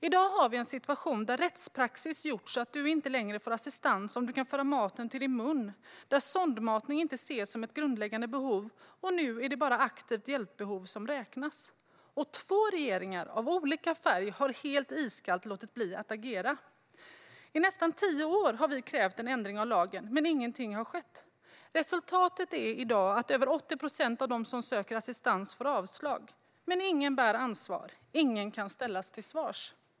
I dag har vi en situation där rättspraxis gjort att du inte längre får assistans om du kan föra maten till din mun, där sondmatning inte ses som ett grundläggande behov och det nu bara är aktivt hjälpbehov som räknas. Två regeringar av olika färg har helt iskallt låtit bli att agera. I nästan tio år har vi krävt en ändring av lagen, men ingenting har skett. Resultatet är att över 80 procent av dem som i dag söker assistans får avslag. Men ingen bär ansvar. Ingen kan ställas till svars.